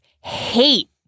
hate